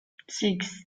six